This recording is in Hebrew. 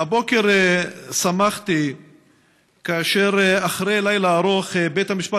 הבוקר שמחתי כאשר אחרי לילה ארוך בית המשפט